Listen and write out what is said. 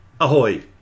Ahoy